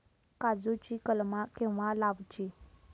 काजुची कलमा केव्हा लावची?